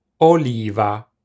oliva